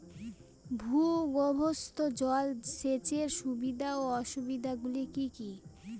ভূগর্ভস্থ জল সেচের সুবিধা ও অসুবিধা গুলি কি কি?